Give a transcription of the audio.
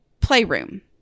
playroom